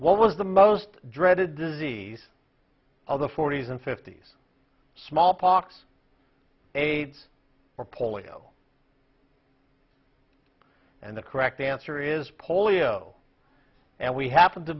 what was the most dreaded disease of the forty's and fifty's smallpox aids or polio and the correct answer is polio and we happened to